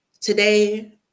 Today